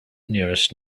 nearest